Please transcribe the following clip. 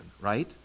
right